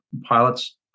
pilots